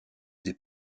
des